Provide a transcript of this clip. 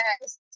Yes